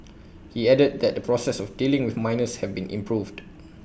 he added that the process of dealing with minors have been improved